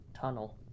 tunnel